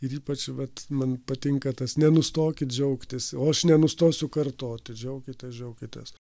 ir ypač vat man patinka tas nenustokit džiaugtis o aš nenustosiu kartoti džiaukitės džiaukitės